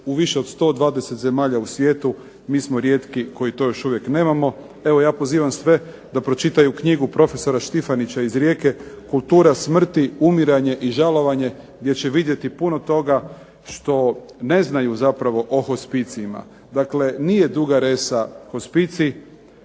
u više od 120 zemalja u svijetu. Mi smo rijetki koji to još uvijek nemamo. Evo ja pozivam sve da pročitaju knjigu profesora Štifanića iz Rijeke "Kultura smrti, umiranje i žalovanje" gdje će vidjeti puno toga što ne znaju zapravo o hospicijima. Dakle nije Duga Resa hospicij,